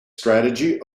strategy